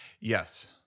Yes